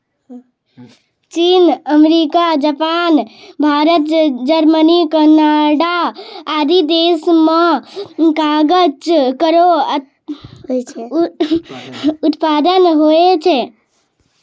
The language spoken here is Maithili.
चीन, America, Japan, Bharat, Germany, Canada आदि देस म कागज केरो उत्पादन होय छै